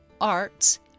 arts